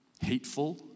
hateful